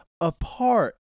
apart